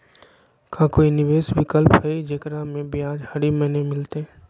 का कोई निवेस विकल्प हई, जेकरा में ब्याज हरी महीने मिलतई?